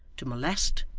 to molest,